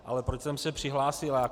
Ale proč jsem se přihlásil.